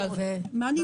אתם פותחים פה קניון.